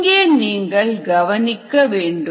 இங்கே நீங்கள் கவனிக்க வேண்டும்